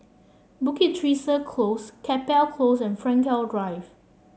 Bukit Teresa Close Chapel Close and Frankel Drive